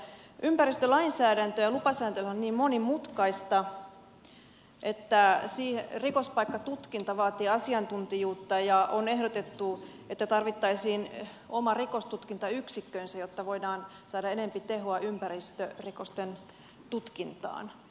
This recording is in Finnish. ympäristölainsäädäntö ja lupasääntely on niin monimutkaista että rikospaikkatutkinta vaatii asiantuntijuutta ja on ehdotettu että tarvittaisiin oma rikostutkintayksikkönsä jotta voidaan saada enempi tehoa ympäristörikosten tutkintaan